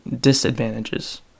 disadvantages